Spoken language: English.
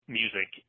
music